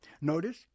Notice